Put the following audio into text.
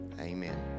Amen